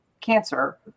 cancer